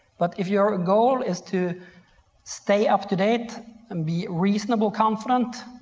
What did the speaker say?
but if your ah goal is to stay up-to-date and be reasonably confident,